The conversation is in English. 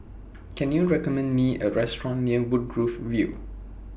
Can YOU recommend Me A Restaurant near Woodgrove View